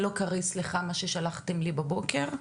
זה לא קריא מה ששלחתם לי בבוקר.